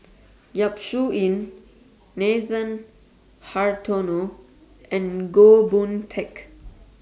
Yap Su Yin Nathan Hartono and Goh Boon Teck